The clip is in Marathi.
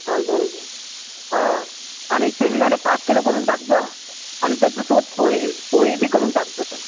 हा दोन द्या हा आणि शेंगदाणे पाच किलो करून टाकजा आणि त्याच्यासोबत पोहे पोहे बी करून टाकजा सर